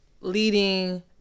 leading